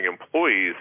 employees